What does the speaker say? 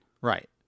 Right